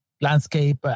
landscape